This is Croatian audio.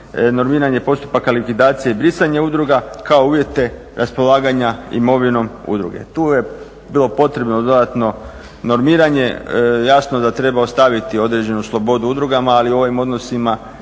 normiranje postupaka likvidacije i brisanje udruga kao uvjete raspolaganja imovinom udruge. Tu je bilo potrebno dodatno normiranje, jasno da treba ostaviti određenu slobodu udrugama ali u ovom odnosima